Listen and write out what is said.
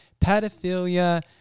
pedophilia